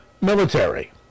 military